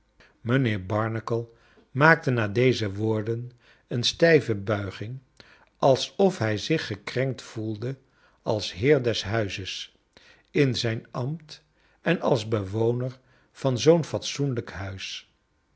mijnheer barnacle maakte na deze woorden een stijve buiging alsof hij zich gekrenkt voelde als heer des huizes in zijn ambt en als bewoner van zoo'n fatsoenlijk huis